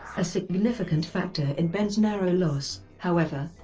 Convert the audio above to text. a significant factor in benn's narrow loss, however,